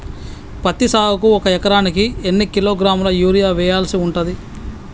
పత్తి సాగుకు ఒక ఎకరానికి ఎన్ని కిలోగ్రాముల యూరియా వెయ్యాల్సి ఉంటది?